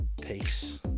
peace